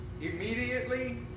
immediately